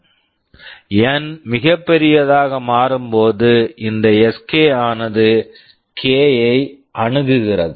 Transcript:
என் N மிகப் பெரியதாக மாறும் போது இந்த Sk ஆனது கே k ஐ அணுகுகிறது